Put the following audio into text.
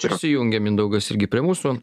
prisijungė mindaugas irgi prie mūsų